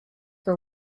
for